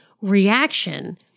reaction